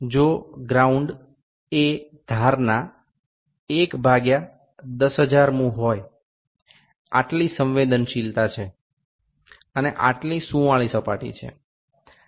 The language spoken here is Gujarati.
જો ગ્રાઉન્ડ એ ધારના 1 ભાગ્યા 10000મું હોય આટલી સંવેદનશીલતા છે અને આટલી સુંવાળી સપાટી છે